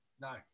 no